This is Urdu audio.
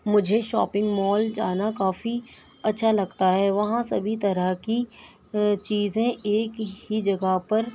مجھے شاپنگ مول جانا کافی اچھا لگتا ہے وہاں سبھی طرح کی چیزیں ایک ہی جگہ پر